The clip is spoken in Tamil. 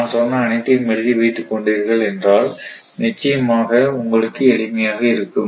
நான் சொன்ன அனைத்தையும் எழுதி வைத்துக் கொண்டீர்கள் என்றால் நிச்சயமாக உங்களுக்கு எளிமையாக இருக்கும்